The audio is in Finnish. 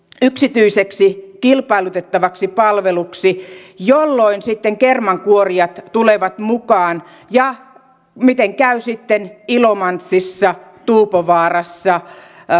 yksityiseksi kilpailutettavaksi palveluksi jolloin sitten kermankuorijat tulevat mukaan ja miten käy sitten ilomantsissa tuupovaarassa